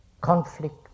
Conflict